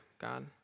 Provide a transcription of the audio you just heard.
God